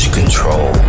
control